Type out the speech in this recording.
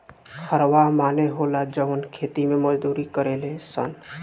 हरवाह माने होला जवन खेती मे मजदूरी करेले सन